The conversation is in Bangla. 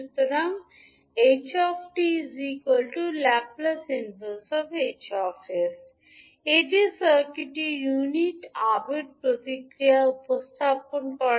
সুতরাং ℎ𝑡 ℒ−1𝐻𝑠 এটি সার্কিটের ইউনিট আবেগ প্রতিক্রিয়া উপস্থাপন করে